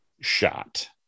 shot